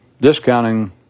discounting